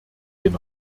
den